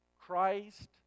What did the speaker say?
Christ